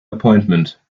appointment